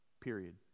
Period